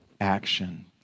action